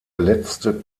letzte